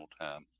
time